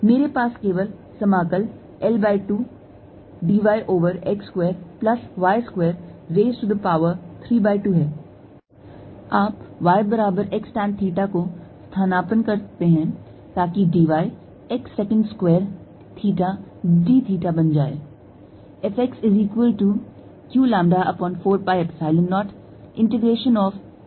मेरे पास केवल समाकलL by 2 d y over x square plus y square raised to the power 3 by 2 है